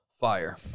fire